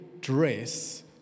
dress